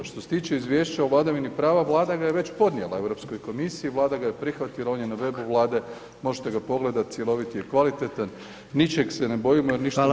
Što se tiče izvješća o vladavini prava Vlada ga je već podnijela Europskoj komisiji, Vlada ga je prihvatila, on je na webu Vlade, možete ga pogledati, cjelovit je i kvalitetan, ničeg se ne bojimo jer ništa ne krijemo.